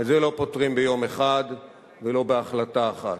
את זה לא פותרים ביום אחד ולא בהחלטה אחת,